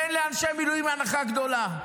תן לאנשי מילואים הנחה גדולה,